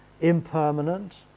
impermanent